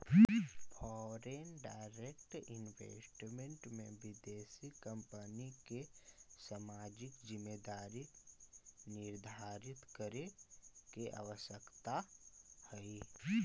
foreign direct investment में विदेशी कंपनिय के सामाजिक जिम्मेदारी निर्धारित करे के आवश्यकता हई